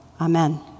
Amen